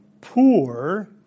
poor